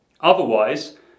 Otherwise